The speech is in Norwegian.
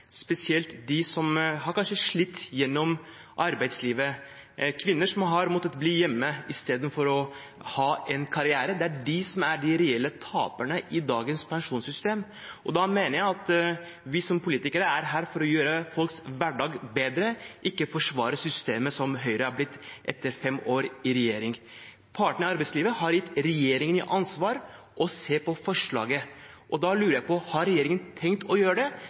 spesielt de som kanskje har slitt gjennom arbeidslivet. Kvinner som har måttet bli hjemme istedenfor å ha en karriere, er de som er de reelle taperne i dagens pensjonssystem. Jeg mener at vi som politikere er her for å gjøre folks hverdag bedre, ikke forsvare systemet, slik det har blitt etter fem år med Høyre i regjering. Partene i arbeidslivet har gitt regjeringen ansvar for å se på forslaget. Da lurer jeg på: Har regjeringen tenkt å gjøre det,